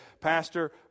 Pastor